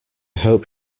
hope